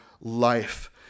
life